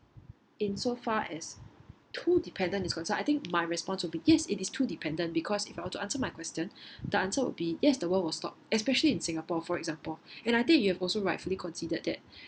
in so far as too dependent is concerned I think my response would be yes it is too dependent because if I were to answer my question the answer would be yes the world will stop especially in singapore for example and I think you have also rightfully considered that